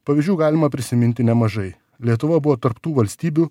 pavyzdžių galima prisiminti nemažai lietuva buvo tarp tų valstybių